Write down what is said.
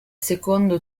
secondo